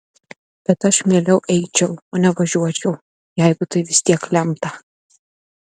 bet aš mieliau eičiau o ne važiuočiau jeigu tai vis tiek lemta